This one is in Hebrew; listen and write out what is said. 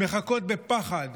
מחכות בפחד